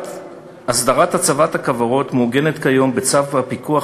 הסדרת הצבת הכוורות מעוגנת כיום בצו הפיקוח